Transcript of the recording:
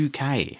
UK